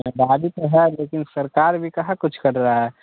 तो है लेकिन सरकार भी क्या कुछ कर रही है